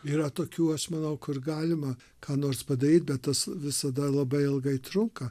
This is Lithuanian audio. yra tokių aš manau kur galima ką nors padaryt bet tas visada labai ilgai trunka